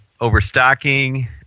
overstocking